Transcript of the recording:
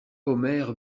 omer